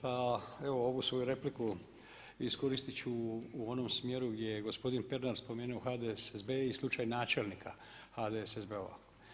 Pa evo ovu svoju repliku iskoristit ću u onom smjeru gdje je gospodin Pernar spomenuo HDSSB i slučaj načelnika HDSSB-ova.